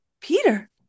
Peter